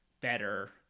better